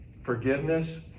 forgiveness